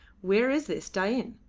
where is this dain?